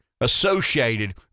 associated